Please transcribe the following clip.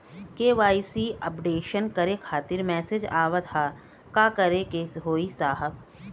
KYC updation करें खातिर message आवत ह का करे के होई साहब?